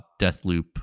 Deathloop